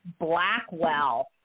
Blackwell